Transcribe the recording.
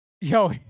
Yo